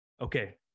Okay